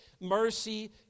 mercy